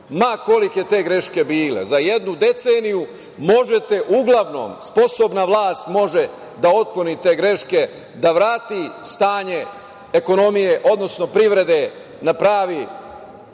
ma kolike te greške bile, za jednu deceniju možete uglavnom, sposobna vlast može da otkloni te greške, da vrati stanje ekonomije, odnosno privrede na pravi